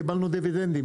קיבלנו דיבידנדים,